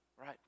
right